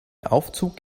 aufzug